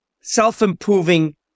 self-improving